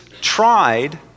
tried